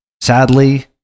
sadly